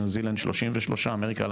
ניו זילנד שלושים ושלושה.